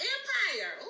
Empire